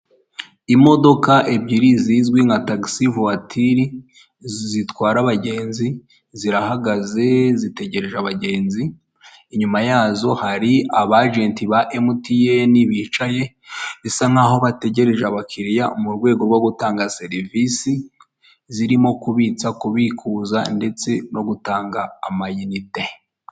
Imodoka ebyiri zizwi nka taxi voiture zitwara abagenzi zirahagaze zitegereje abagenzi inyuma yazo hari aba agenti ba MTN bicaye bisa naho bategereje abakiriya mu rwego rwo gutanga serivisi zirimo kubitsa ,kubikuza ndetse no gutanga ama inite.